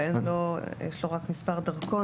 אבל יש לו רק מספר דרכון.